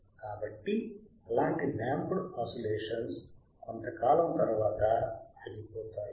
కాబట్టి అలాంటి damped oscillations కొంతకాలం తర్వాత ఆగిపోతాయి